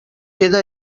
queda